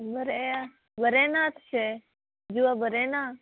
बरें बरें ना तेशें जिवा बरें ना